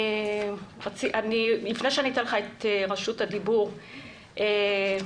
אדוני יושב-ראש ועדת העבודה,